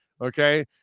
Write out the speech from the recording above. okay